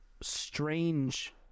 strange